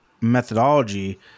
methodology